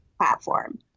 platform